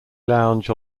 lounge